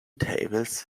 tables